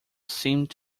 seemed